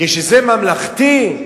כשזה ממלכתי,